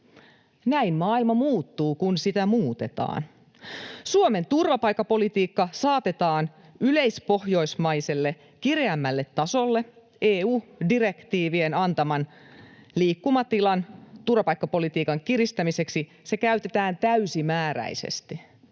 Näin maailma muuttuu, kun sitä muutetaan. Suomen turvapaikkapolitiikka saatetaan yleispohjoismaiselle kireämmälle tasolle turvapaikkapolitiikan kiristämiseksi ja EU-direktiivien